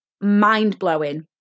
mind-blowing